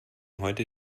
heute